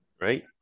right